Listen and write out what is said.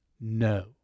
no